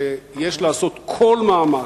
שיש לעשות כל מאמץ,